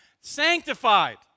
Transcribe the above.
Sanctified